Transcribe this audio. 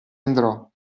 andrò